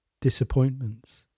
disappointments